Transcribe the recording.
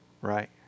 right